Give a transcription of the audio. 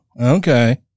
okay